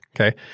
Okay